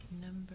Number